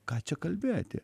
ką čia kalbėti